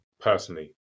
personally